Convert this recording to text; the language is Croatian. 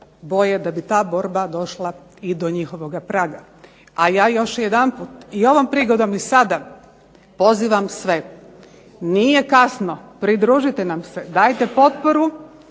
da bi ta borba došla i do njihovoga praga. A ja još jedanput i ovom prigodom i sada pozivam sve nije kasno, pridružite nam se, dajte potporu,